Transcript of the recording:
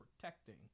protecting